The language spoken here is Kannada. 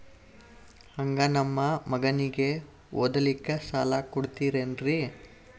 ಹಂಗ ನಮ್ಮ ಮಗನಿಗೆ ಓದಲಿಕ್ಕೆ ಸಾಲ ಕೊಡ್ತಿರೇನ್ರಿ?